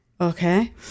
Okay